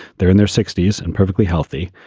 they're in their sixty s and perfectly healthy.